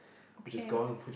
okay